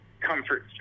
comfort